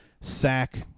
sack